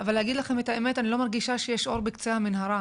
אבל להגיד לכם את האמת אני לא מרגישה שיש אור בקצה המנהרה.